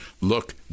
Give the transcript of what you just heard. Look